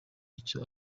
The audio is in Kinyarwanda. icyo